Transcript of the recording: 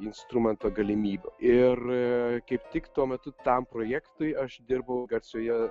instrumento galimybių ir kaip tik tuo metu tam projektui aš dirbau garsioje